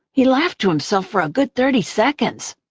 he laughed to himself for a good thirty seconds.